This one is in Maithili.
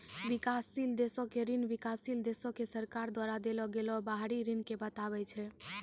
विकासशील देशो के ऋण विकासशील देशो के सरकार द्वारा देलो गेलो बाहरी ऋण के बताबै छै